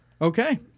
Okay